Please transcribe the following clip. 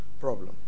problem